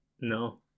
No